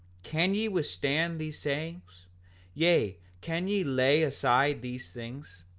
can ye withstand these sayings yea, can ye lay aside these things,